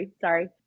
sorry